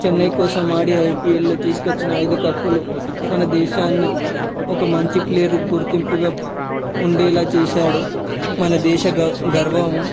చెన్నై కోసం ఆడి ఐపీఎల్లో తీసుక వచ్చిన ఐదు కప్పులు మన దేశాన్ని ఒక మంచి ప్లేయర్ గుర్తింపుగా ఉండేలా చేశాడు మన దేశ గర్వం